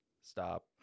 Stop